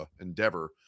endeavor